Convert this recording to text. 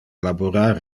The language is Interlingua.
laborar